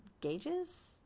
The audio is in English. gauges